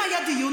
שלהם נשרפת?